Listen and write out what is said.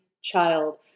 child